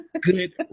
Good